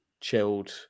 chilled